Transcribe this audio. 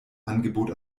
angebot